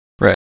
Right